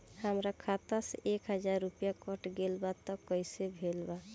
हमार खाता से एक हजार रुपया कट गेल बा त कइसे भेल बा?